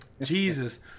Jesus